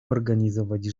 organizować